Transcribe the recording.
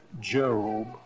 Job